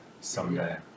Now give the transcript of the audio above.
someday